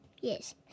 Yes